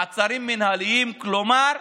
מעצרים מינהליים, כלומר,